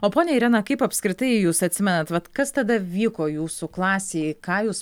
o ponia irena kaip apskritai jūs atsimenat vat kas tada vyko jūsų klasėj ką jūs